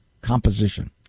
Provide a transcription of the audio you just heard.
composition